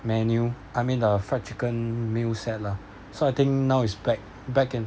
menu I mean a fried chicken meal set lah so I think now is back back in